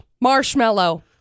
marshmallow